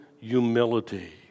Humility